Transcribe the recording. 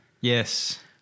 Yes